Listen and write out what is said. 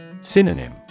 Synonym